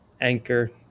Anchor